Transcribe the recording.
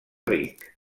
vic